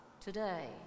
today